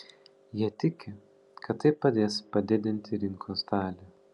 jie tiki kad tai padės padidinti rinkos dalį